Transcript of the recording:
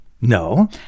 No